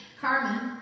Carmen